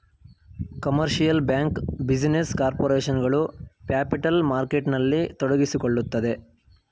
commercial bank, business corporation ಗಳು capital ಮಾರ್ಕೆಟ್ನಲ್ಲಿ ತೊಡಗಿಸಿಕೊಳ್ಳುತ್ತದೆ